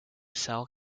cell